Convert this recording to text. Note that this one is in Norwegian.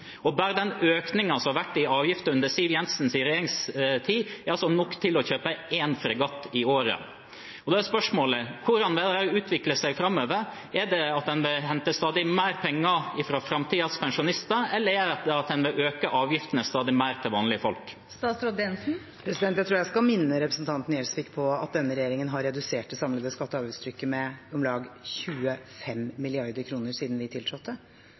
Bare den økningen som har vært i avgiftene under Siv Jensens regjeringstid, er nok til å kjøpe én fregatt i året. Da er spørsmålet: Hvordan vil det utvikle seg framover? Vil man hente stadig mer penger fra framtidens pensjonister, eller vil man øke avgiftene stadig mer for vanlige folk? Jeg tror jeg skal minne representanten Gjelsvik på at denne regjeringen har redusert det samlede skatte- og avgiftstrykket med om lag 25 mrd. kr siden vi tiltrådte.